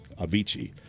Avicii